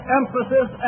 emphasis